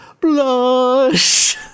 Blush